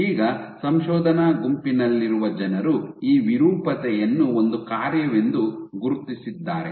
ಈಗ ಸಂಶೋಧನಾ ಗುಂಪಿನಲ್ಲಿರುವ ಜನರು ಈ ವಿರೂಪತೆಯನ್ನು ಒಂದು ಕಾರ್ಯವೆಂದು ಗುರುತಿಸಿದ್ದಾರೆ